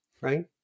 Right